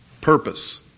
Purpose